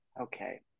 okay